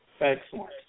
Excellent